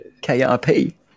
K-R-P